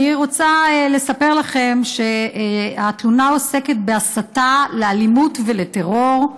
אני רוצה לספר לכם שהתלונה עוסקת בהסתה לאלימות ולטרור.